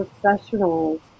professionals